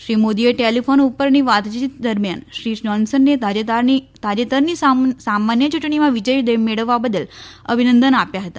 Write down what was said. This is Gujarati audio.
શ્રી મોદીએ ટેલીફોન ઉપરની વાતચીત દરમિયાન શ્રી જોન્સનને તાજેતરની સામાન્ય યૂંટણીમાં વિજય મેળવવા બદલ અભિનંદન આપ્યા હતા